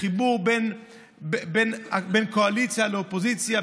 לחיבור בין קואליציה לאופוזיציה,